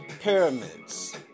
pyramids